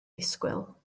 disgwyl